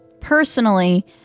Personally